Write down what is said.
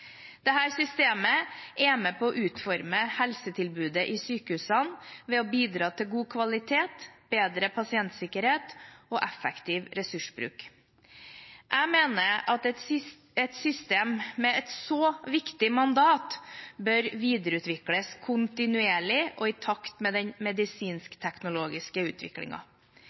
systemet er med på å utforme helsetilbudet i sykehusene ved å bidra til god kvalitet, bedre pasientsikkerhet og effektiv ressursbruk. Jeg mener at et system med et så viktig mandat bør videreutvikles kontinuerlig og i takt med den